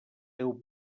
deu